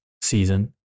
season